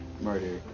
murder